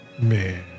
Man